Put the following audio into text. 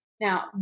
Now